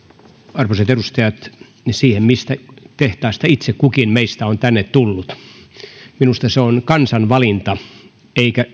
arvoisat edustajat se mistä tehtaasta itse kukin meistä on tänne tullut on minusta kansan valinta eikä